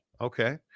Okay